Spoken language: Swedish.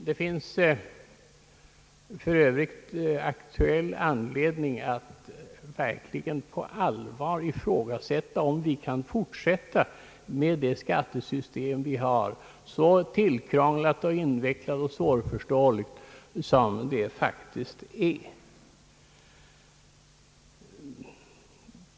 Det finns för övrigt aktuell anledning att verkligen på allvar fråga sig om vi kan fortsätta med nuvarande skattesystem, så tillkrånglat, invecklat och svårförståeligt som det faktiskt är.